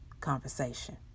conversation